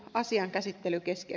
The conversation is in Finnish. asian käsittely kesti